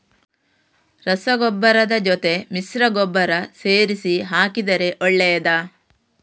ರಸಗೊಬ್ಬರದ ಜೊತೆ ಮಿಶ್ರ ಗೊಬ್ಬರ ಸೇರಿಸಿ ಹಾಕಿದರೆ ಒಳ್ಳೆಯದಾ?